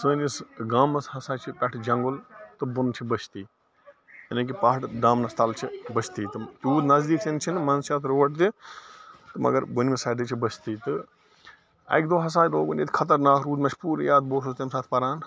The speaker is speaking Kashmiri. سٲنِس گامَس ہسا چھِ پٮ۪ٹھہٕ جنٛگُل تہٕ بۄنہٕ چھِ بستی یعنی کہِ پہاڑٕ دامنَس تَل چھِ بستی تِم تیٛوٗت نزدیٖک تہِ نہٕ چھِنہٕ منٛزٕ چھُ اَتھ روڈ تہِ تہٕ مگر بوٚنمہِ سایڈٕ چھِ بستی تہٕ اَکہِ دۄہ ہسا لوگُن ییٚتہِ خَطرناک روٗد مےٚ چھُ پوٗرٕ یاد بہٕ اوسُس تَمہِ ساتہٕ پَران